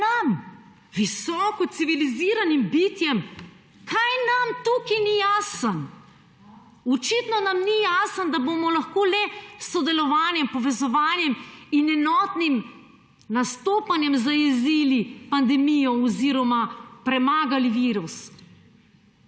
pa nam, visoko civiliziranim bitjem, kaj nam tukaj ni jasno? Očitno nam ni jasno, da bomo lahko le s sodelovanjem, povezovanjem in enotnim nastopanjem zajezili pandemijo oziroma premagali virus.